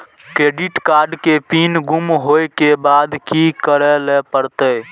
Credit card के pin गुम होय के बाद की करै ल परतै?